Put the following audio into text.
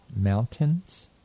mountains